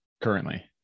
currently